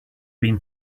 being